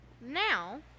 now